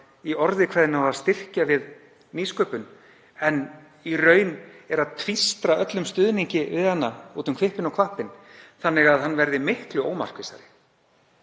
í orði kveðnu á að styrkja við nýsköpun en tvístrar í raun öllum stuðningi við hana út um hvippinn og hvappinn þannig að hann verði miklu ómarkvissari.